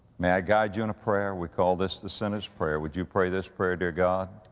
may i guide you in a prayer? we call this the sinner's prayer. would you pray this prayer? dear god,